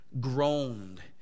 groaned